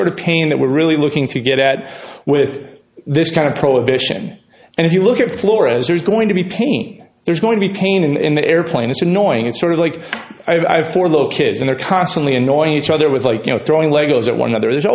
sort of pain that we're really looking to get at with this kind of prohibition and if you look at flora as there's going to be pain there's going to be pain in the airplane it's annoying it's sort of like i have for the kids and they're constantly annoying each other with like you know throwing lego's at one another there's